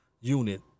unit